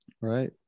right